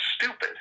stupid